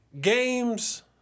games